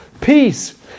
peace